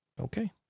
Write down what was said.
okay